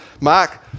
Mark